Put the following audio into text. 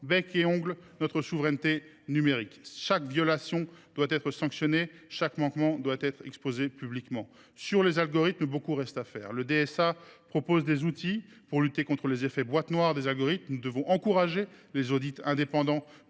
bec et ongles notre souveraineté numérique. Chaque violation doit être sanctionnée et chaque manquement exposé publiquement. Sur les algorithmes, il reste beaucoup à faire. Le DSA prévoit quelques outils. Pour lutter contre l’effet « boîte noire » des algorithmes, nous devons encourager les audits indépendants